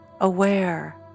aware